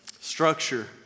structure